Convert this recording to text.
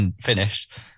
finished